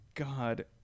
God